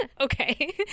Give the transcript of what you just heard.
Okay